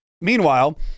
Meanwhile